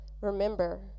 remember